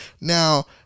Now